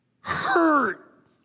hurt